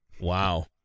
Wow